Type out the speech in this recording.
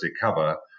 cover